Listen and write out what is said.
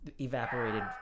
evaporated